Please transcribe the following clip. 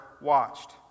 watched